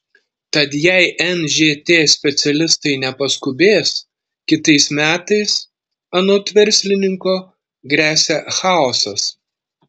tad jei nžt specialistai nepaskubės kitais metais anot verslininko gresia chaosas